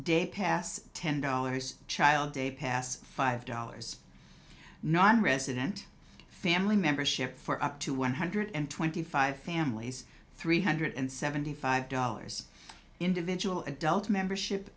day pass ten dollars child day pass five dollars nonresident family membership for up to one hundred twenty five families three hundred and seventy five dollars individual adult membership